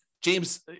James